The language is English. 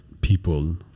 people